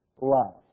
love